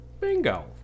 Bingo